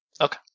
Okay